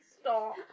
stop